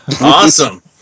Awesome